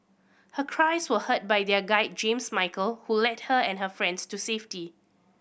her cries were heard by their guide James Michael who led her and her friends to safety